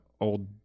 old